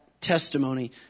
testimony